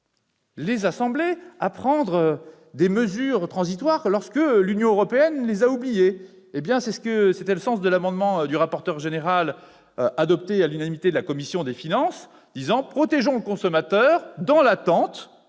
les assemblées à prendre des mesures transitoires, lorsque l'Union européenne les a oubliées. Tel était le sens de l'amendement de M. le rapporteur, adopté à l'unanimité des membres de la commission des finances : protéger le consommateur, dans l'attente